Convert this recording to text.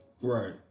Right